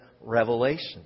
revelation